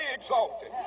exalted